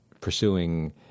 pursuing